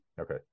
Okay